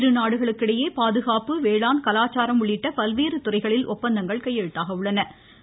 இருநாடுகளுக்கு இடையே பாதுகாப்பு வேளாண் கலாச்சாரம் உள்ளிட்ட பல்வேறு துறைகளில் ஒப்பந்தங்கள் கையெழுத்தாக உள்ளன